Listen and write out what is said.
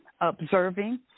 observing